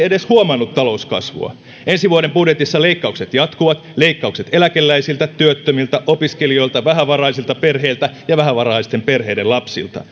edes huomannut talouskasvua ensi vuoden budjetissa leikkaukset jatkuvat leikkaukset eläkeläisiltä työttömiltä opiskelijoilta vähävaraisilta perheiltä ja vähävaraisten perheiden lapsilta